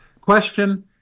question